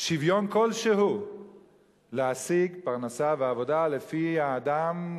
שוויון כלשהו להשיג פרנסה ועבודה לפי האדם,